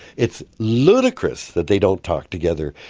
it's ludicrous that they don't talk together.